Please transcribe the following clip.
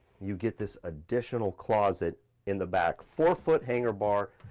you get this additional closet in the back four foot hanger bar,